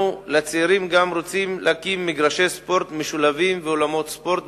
לצעירים אנחנו רוצים גם להקים מגרשי ספורט משולבים ואולמות ספורט.